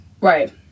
right